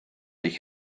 ich